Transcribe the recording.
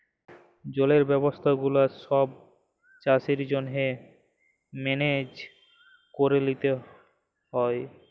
জলের ব্যবস্থা গুলা ছব চাষের জ্যনহে মেলেজ ক্যরে লিতে হ্যয়